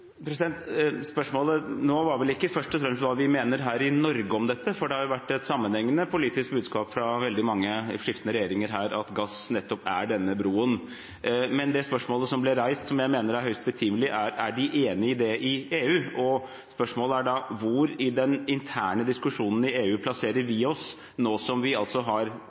Spørsmålet nå var vel ikke først og fremst hva vi mener om dette her i Norge, for det har vært et sammenhengende politisk budskap fra veldig mange skiftende regjeringer her om at gass nettopp er denne broen. Men det spørsmålet som ble reist, og som jeg mener er høyst betimelig, er om de enig i det i EU. Og spørsmålet er da: Hvor i den interne diskusjonen i EU plasserer vi oss nå som vi har